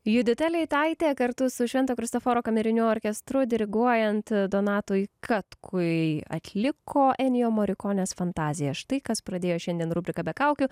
judita leitaitė kartu su švento kristoforo kameriniu orkestru diriguojant donatui katkui atliko enijo morikonės fantazija štai kas pradėjo šiandien rubriką be kaukių